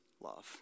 love